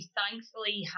thankfully